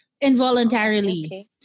involuntarily